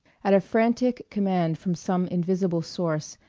at a frantic command from some invisible source,